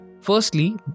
Firstly